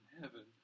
heaven